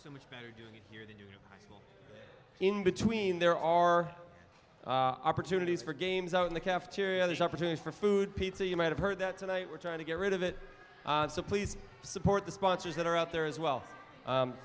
so much better do you hear the news in between there are opportunities for games out in the cafeteria there's opportunities for food pizza you might have heard that tonight we're trying to get rid of it so please support the sponsors that are out there as well